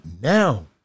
now